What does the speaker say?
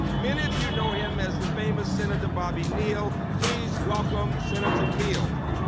many of you know him as the famous senator bobby neall. please welcome senator neall.